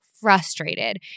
frustrated